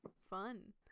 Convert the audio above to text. fun